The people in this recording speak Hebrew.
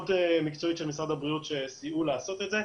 מקצועית של משרד הבריאות שסייעו לעשות את זה.